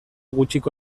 gutxiko